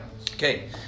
Okay